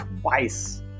twice